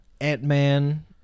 Ant-Man